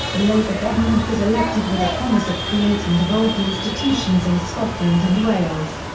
a labour government was elected with a promise of creating devolved institutions in scotland and wales.